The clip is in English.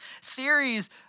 theories